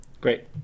Great